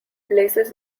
places